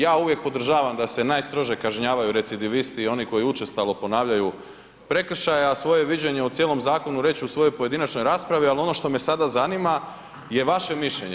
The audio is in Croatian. Ja uvijek podržavam da se najstrože kažnjavaju recidivisti i oni koji učestalo ponavljaju prekršaje, a svoje viđenje u cijelom zakonu reći ću u svojoj pojedinačnoj raspravi, ali ono što me sada zanima je vaše mišljenje.